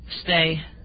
stay